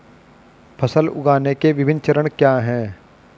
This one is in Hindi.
फसल उगाने के विभिन्न चरण क्या हैं?